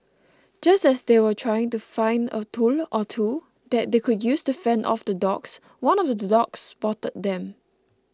just as they were trying to find a tool or two that they could use to fend off the dogs one of the dogs spotted them